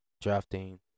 drafting